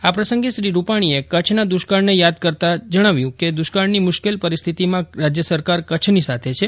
આ પ્રસંગે શ્રી રૂપાણીએ કચ્છના દુષ્કાળને યાદ કરતાં જણાવ્યું કે દૃષ્કાળની મુશ્કેલ પરિસ્થિતિમાં રાજ્ય સરકાર કચ્છની સાથે છે